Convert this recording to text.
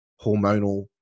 hormonal